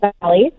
Valley